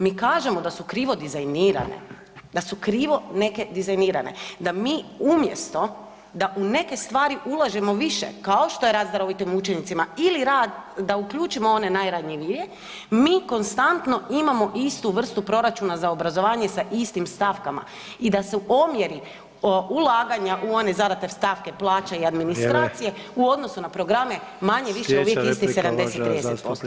Mi kažemo da su krivo dizajnirane, da su krivo neke dizajnirane, da mi umjesto da u neke stvari ulažemo više kao što je … [[ne razumije se]] tim učenicima ili rad da uključimo one najranjivije mi konstantno imamo istu vrstu proračuna za obrazovanje sa istim stavkama i da su omjeri ulaganja one zadate stavke plaća i administracije u odnosu na programe manje-više uvijek 70:30%